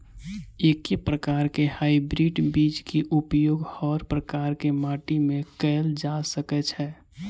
एके प्रकार केँ हाइब्रिड बीज केँ उपयोग हर प्रकार केँ माटि मे कैल जा सकय छै?